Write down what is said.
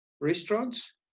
restaurants